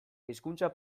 hezkuntza